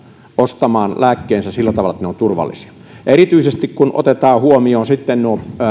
ostamaan lääkkeensä sillä tavalla että ne ovat turvallisia erityisesti kun otetaan huomioon